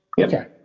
Okay